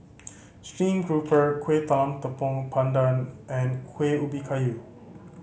steamed grouper Kueh Talam Tepong Pandan and Kuih Ubi Kayu